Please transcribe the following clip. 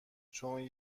چون